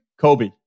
Kobe